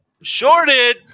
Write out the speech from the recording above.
shorted